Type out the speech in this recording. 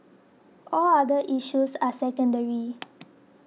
all other issues are secondary